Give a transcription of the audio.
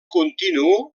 continu